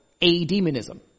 a-demonism